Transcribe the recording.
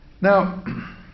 Now